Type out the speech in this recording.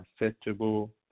acceptable